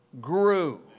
grew